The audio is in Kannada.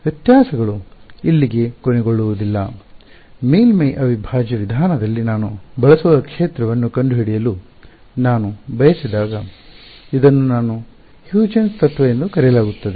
ವ್ಯತ್ಯಾಸಗಳು ಇಲ್ಲಿ ಗೆ ಕೊನೆಗೊಳ್ಳುವುದಿಲ್ಲ ಮೇಲ್ಮೈ ಅವಿಭಾಜ್ಯ ವಿಧಾನದಲ್ಲಿ ನಾನು ಬಳಸುವ ಕ್ಷೇತ್ರವನ್ನು ಕಂಡುಹಿಡಿಯಲು ನಾನು ಬಯಸಿದಾಗ ಇದನ್ನು ನನ್ನ ಹ್ಯೂಜೆನ್ಸ್ ತತ್ವ ಎಂದು ಕರೆಯಲಾಗುತ್ತದೆ